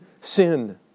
sin